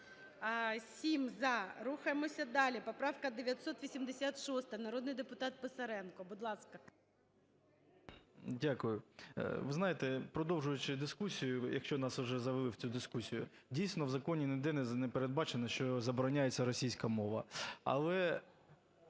За-7 Рухаємося далі. Поправка 986, народний депутат Писаренко. Будь ласка. 13:48:58 ПИСАРЕНКО В.В. Дякую. Ви знаєте, продовжуючи дискусію, якщо нас уже завели в цю дискусію, дійсно, в законі ні де не передбачено, що забороняється російська мова. Але